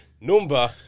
number